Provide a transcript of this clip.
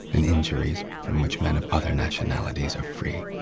and injuries from which men of other nationalities are free?